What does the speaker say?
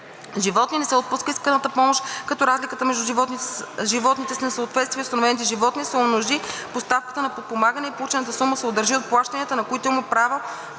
животни, не се отпуска исканата помощ, като разликата между животните с несъответствие и установените животни се умножи по ставката на подпомагането и получената сума се удържи от плащанията, на които има право